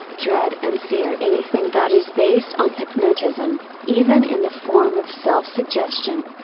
dread and fear anything that is based on hypnotism, even in the form of self suggestion.